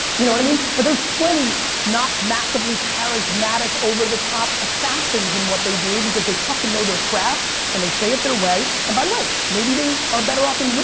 you know what i mean? but there's plenty not massively charismatic over-the-top assassins in what they do because they fucking know their craft and they say it their way and by the way, maybe they are better off in,